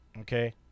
Okay